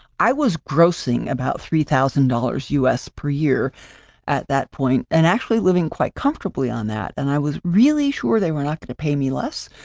i was grossing about three thousand dollars u. s. per year at that point and actually living quite comfortably on that. and i was really sure they were not going to pay me less.